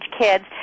kids